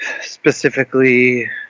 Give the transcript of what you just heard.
specifically